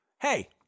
Hey